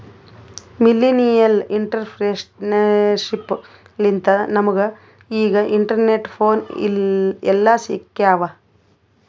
millennial entrepreneurship ಲಿಂತೆ ನಮುಗ ಈಗ ಇಂಟರ್ನೆಟ್, ಫೋನ್ ಎಲ್ಲಾ ಸಿಕ್ಯಾವ್